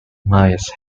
myers